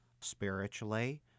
spiritually